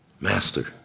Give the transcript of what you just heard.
Master